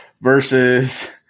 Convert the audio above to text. versus